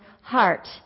heart